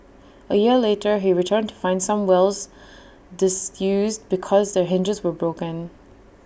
A year later he returned to find some wells disused because their hinges were broken